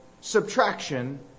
subtraction